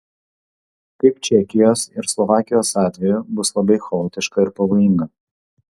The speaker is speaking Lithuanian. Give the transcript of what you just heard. kaip čekijos ir slovakijos atveju bus labai chaotiška ir pavojinga